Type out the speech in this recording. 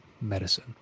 medicine